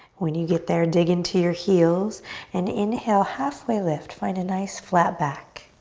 when you get there dig into your heels and inhale, halfway lift. find a nice, flat back.